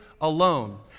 alone